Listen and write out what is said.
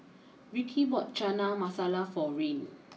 Ricki bought Chana Masala for Rayne